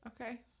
Okay